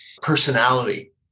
personality